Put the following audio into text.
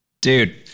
dude